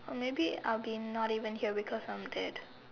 or maybe I'll be not even here because I'm dead